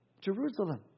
Jerusalem